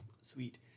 sweet